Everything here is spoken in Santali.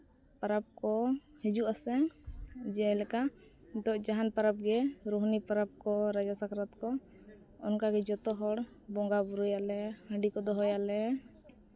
ᱯᱚᱨᱚᱵᱽ ᱠᱚ ᱦᱤᱡᱩᱜ ᱟᱥᱮ ᱡᱮᱞᱮᱠᱟ ᱱᱤᱛᱚᱜ ᱡᱟᱦᱟᱱ ᱯᱚᱨᱚᱵᱽ ᱜᱮ ᱨᱩᱦᱱᱤ ᱯᱚᱨᱚᱵᱽ ᱠᱚ ᱨᱮᱜᱮ ᱥᱟᱠᱨᱟᱛ ᱠᱚ ᱚᱱᱠᱟᱜᱮ ᱡᱚᱛᱚ ᱦᱚᱲ ᱵᱚᱸᱜᱟᱼᱵᱩᱨᱩᱭᱟᱞᱮ ᱦᱟᱺᱰᱤ ᱠᱚ ᱫᱚᱦᱚᱭᱟᱞᱮ